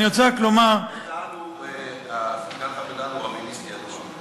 בן-דהן הוא רביניסט ידוע.